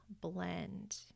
blend